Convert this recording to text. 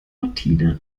martina